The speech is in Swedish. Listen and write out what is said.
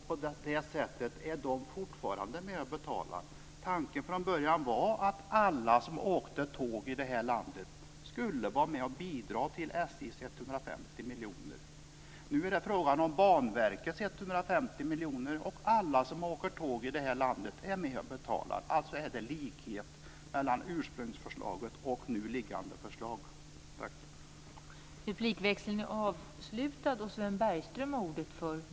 På det sättet är de fortfarande med och betalar. Tanken var från början att alla som åkte tåg i det här landet skulle vara med och bidra till SJ:s 150 Nu är det frågan om Banverkets 150 miljoner, och alla som åker tåg i det här landet är med och betalar. Alltså finns det en likhet mellan det ursprungliga förslaget och det förslag som läggs fram nu.